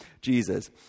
Jesus